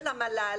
של המל"ל,